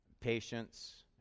patience